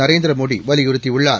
நரேந்திர மோடி வலியுறுத்தியுள்ளார்